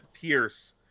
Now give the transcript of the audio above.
Pierce